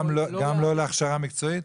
גם לא להכשרה מקצועית?